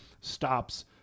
stops